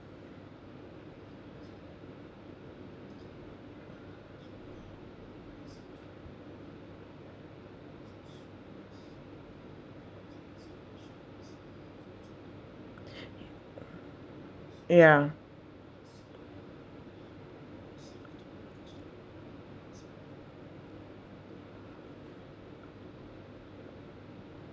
ya